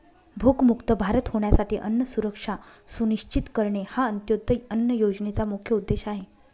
भूकमुक्त भारत होण्यासाठी अन्न सुरक्षा सुनिश्चित करणे हा अंत्योदय अन्न योजनेचा मुख्य उद्देश आहे